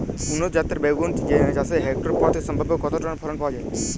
উন্নত জাতের বেগুন চাষে হেক্টর প্রতি সম্ভাব্য কত টন ফলন পাওয়া যায়?